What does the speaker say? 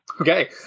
Okay